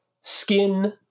skin